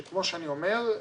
שכמו שאני אומר,